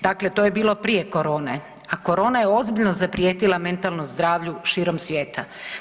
Dakle, to je bilo prije korone, a korona je ozbiljno zaprijetila mentalnom zdravlju širom svijeta.